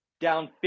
down